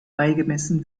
beigemessen